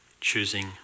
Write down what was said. Choosing